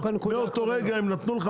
מאותו הרגע הם נתנו לך